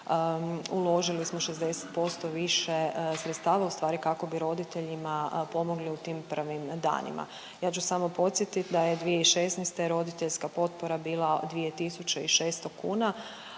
uložili smo 60% više sredstava, u stvari kako bi roditeljima pomogli u tim prvim danima. Ja ću samo podsjetit da je 2016. roditeljska potpora bila 2.600,00 kn,